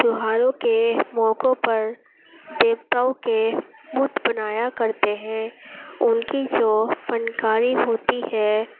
تہواروں کے موقعوں پر دیوتاؤں کے بت بنایا کرتے ہیں ان کی جو فنکاری ہوتی ہے